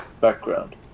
background